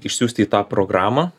išsiųsti į tą programą